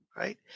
Right